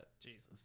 jesus